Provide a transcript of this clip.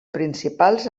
principals